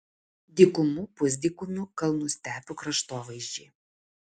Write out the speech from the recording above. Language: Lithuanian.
dykumų pusdykumių kalnų stepių kraštovaizdžiai